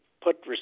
put